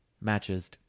matches